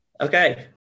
Okay